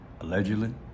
allegedly